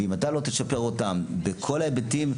ואם אתה לא תשפר אותם בכל ההיבטים,